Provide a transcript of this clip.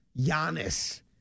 Giannis